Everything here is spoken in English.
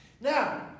Now